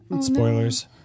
Spoilers